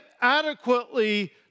adequately